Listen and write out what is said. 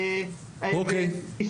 אומרים,